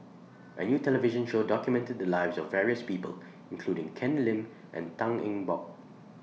A New television Show documented The Lives of various People including Ken Lim and Tan Eng Bock